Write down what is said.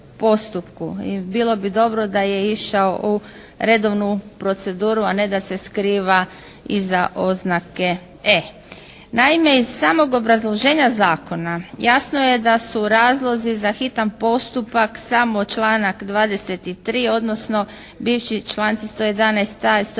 I bilo bi dobro da je išao u redovnu proceduru a ne da se skriva iza oznake «E». Naime iz samog obrazloženja zakona jasno je da su razlozi za hitan postupak samo članak 23. odnosno bivši članci 111a. i 111f.